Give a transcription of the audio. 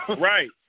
right